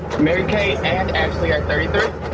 mary-kate and ashley are thirty three.